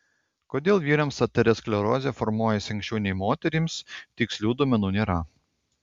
kodėl vyrams aterosklerozė formuojasi anksčiau nei moterims tikslių duomenų nėra